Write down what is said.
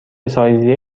سایزی